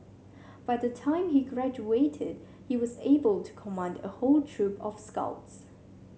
by the time he graduated he was able to command a whole troop of scouts